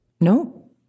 No